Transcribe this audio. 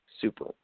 super